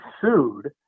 sued